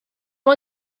dim